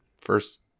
first